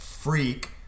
Freak